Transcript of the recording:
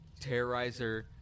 Terrorizer